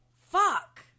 fuck